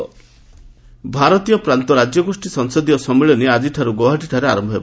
Assam conference ଭାରତୀୟ ପ୍ରାନ୍ତ ରାଜ୍ୟଗୋଷ୍ଠୀ ସଂସଦୀୟ ସମ୍ମିଳନୀ ଆଜିଠାରୁ ଗୌହାଟୀଠାରେ ଆରମ୍ଭ ହେବ